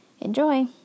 Enjoy